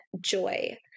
joy